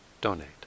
donate